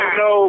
no